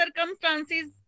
circumstances